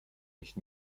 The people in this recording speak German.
nicht